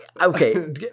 okay